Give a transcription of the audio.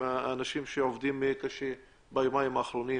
האנשים שעובדים קשה ביומיים האחרונים